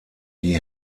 die